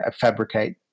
fabricate